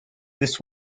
this